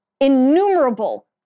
innumerable